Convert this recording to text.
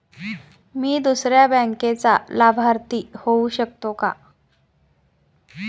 मी दुसऱ्या बँकेचा लाभार्थी होऊ शकतो का?